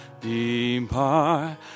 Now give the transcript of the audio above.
depart